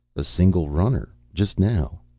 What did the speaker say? a single runner. just now.